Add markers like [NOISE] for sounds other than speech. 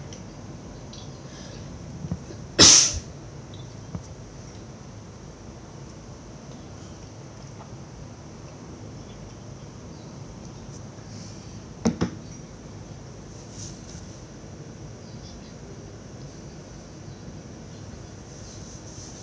[COUGHS]